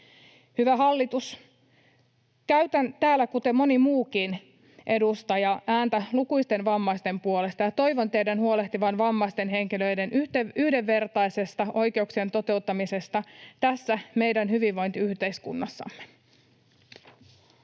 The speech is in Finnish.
Hyvä hallitus! Käytän täällä, kuten moni muukin edustaja, ääntä lukuisten vammaisten puolesta ja toivon teidän huolehtivan vammaisten henkilöiden yhdenvertaisesta oikeuksien toteuttamisesta tässä meidän hyvinvointiyhteiskunnassamme.